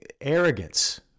arrogance